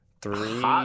Three